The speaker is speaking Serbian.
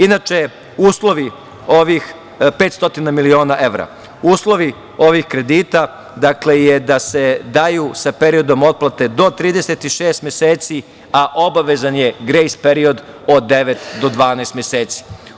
Inače, uslovi ovih 500 miliona evra, uslovi ovih kredita je da se daju sa periodom otplate do 36 meseci, a obavezan je grejs period od devet do 12 meseci.